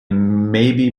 maybe